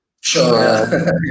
Sure